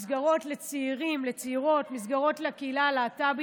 מסגרות לצעירים, לצעירות, מסגרות לקהילה הלהט"בית,